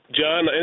John